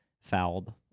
fouled